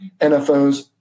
NFOs